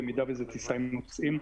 במידה וזו טיסה עם נוסעים,